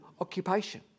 occupation